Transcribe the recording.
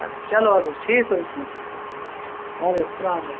اَد چَلو اَدٕ حظ ٹھیٖک حظ چھُ اَدٕ حظ اَلسَلامُ علیکُم